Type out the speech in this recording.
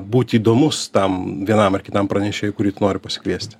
būt įdomus tam vienam ar kitam pranešėjui kurį tu nori pasikviesti